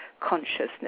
Consciousness